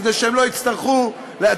כדי שהם לא יצטרכו להצביע.